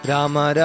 Rama